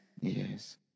Yes